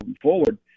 forward